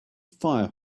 fire